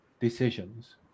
decisions